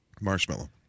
Marshmallow